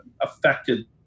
affected